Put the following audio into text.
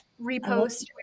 Repost